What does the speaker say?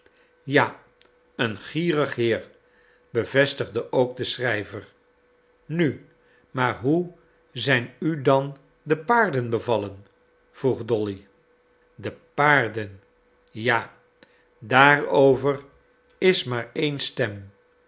ja een gierig heer bevestigde ook de schrijver nu maar hoe zijn u dan de paarden bevallen vroeg dolly de paarden ja daarover is maar ééne stem